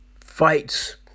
fights